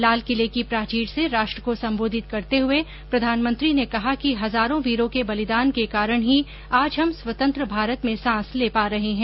लाल किले की प्राचीर से राष्ट्र को संबोधित करते हुए प्रधानमंत्री ने कहा कि हजारों वीरों के बलिदान के कारण ही आज हम स्वतंत्र भारत में सांस ले पा रहे हैं